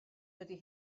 dydy